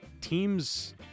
teams